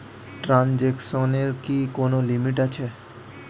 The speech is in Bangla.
ট্রানজেকশনের কি কোন লিমিট আছে?